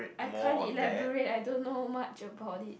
I can't elaborate I don't know much about it